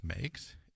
makes